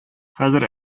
хәзер